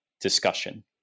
discussion